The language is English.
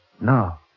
No